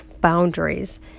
boundaries